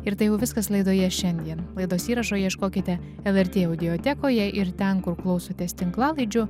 ir tai jau viskas laidoje šiandien laidos įrašo ieškokite lrt audiotekoje ir ten kur klausotės tinklalaidžių